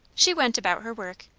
she went about her work.